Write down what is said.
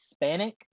Hispanic